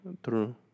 true